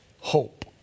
hope